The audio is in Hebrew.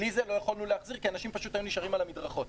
בלי זה לא יכולנו להחזיר כי אנשים היו נשארים על המדרכות.